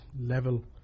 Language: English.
level